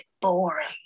boring